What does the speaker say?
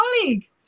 colleague